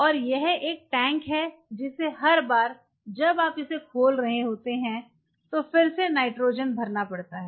और यह एक टैंक है जिसे हर बार जब आप इसे खोल रहे होते हैं तो फिर से नाइट्रोजन भरना पड़ता है